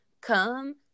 come